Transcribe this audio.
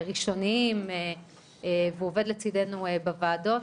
הוא עובד לצידנו בוועדות.